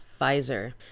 Pfizer